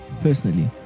personally